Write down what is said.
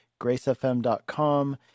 gracefm.com